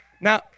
Now